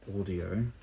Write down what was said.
audio